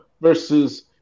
versus